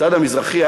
הצד המזרחי,